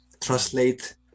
translate